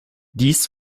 dies